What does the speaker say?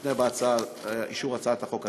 מותנה באישור הצעת החוק הזאת.